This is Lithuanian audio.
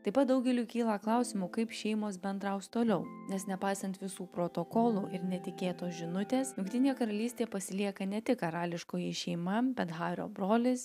taip pat daugeliui kyla klausimų kaip šeimos bendraus toliau nes nepaisant visų protokolų ir netikėtos žinutės jungtinėje karalystėje pasilieka ne tik karališkoji šeima bet hario brolis